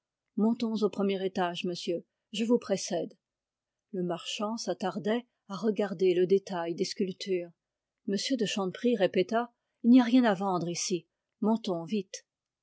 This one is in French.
montons au premier étage monsieur je vous précède le marchand s'attardait à regarder le détail des sculptures m de chanteprie répéta il n'y a rien à vendre ici montons vite